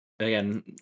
Again